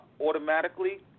Automatically